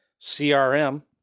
CRM